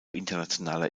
internationaler